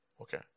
Okay